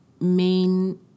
main